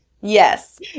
Yes